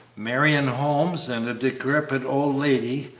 marion holmes, and a decrepit old lady,